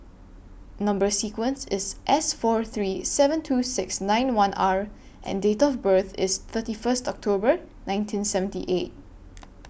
Number sequence IS S four three seven two six nine one R and Date of birth IS thirty First October nineteen seventy eight